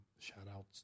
shout-outs